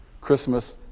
Christmas